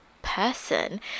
person